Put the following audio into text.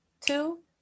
two